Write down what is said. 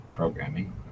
programming